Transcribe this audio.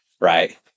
right